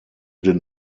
den